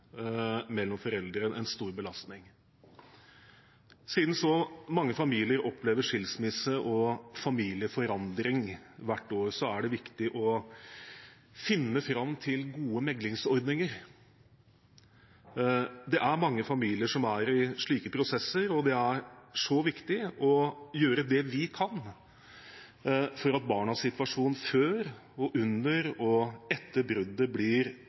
mellom foreldrene en stor belastning. Siden så mange familier opplever skilsmisse og familieforandring hvert år, er det viktig å finne fram til gode meklingsordninger. Det er mange familier som er i slike prosesser, og det er så viktig å gjøre det vi kan for at barnas situasjon før, under og etter bruddet blir